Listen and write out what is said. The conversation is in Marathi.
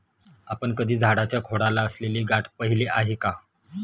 आपण कधी झाडाच्या खोडाला असलेली गाठ पहिली आहे का?